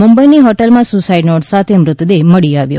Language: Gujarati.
મુંબઇ ની હોટેલ માં સુસાઈડ નોટ સાથે મૃતદેહ મળી આવ્યો